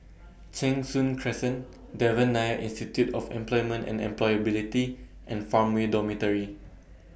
Cheng Soon Crescent Devan Nair Institute of Employment and Employability and Farmway Dormitory